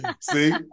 See